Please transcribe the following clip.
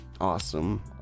Awesome